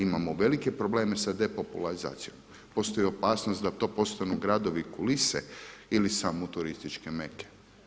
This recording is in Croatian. Imamo velike probleme sa depopularizacijom, postoji opasnost da to postanu gradovi kulise ili samo turističke meke.